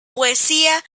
poesía